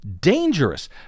dangerous